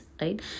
right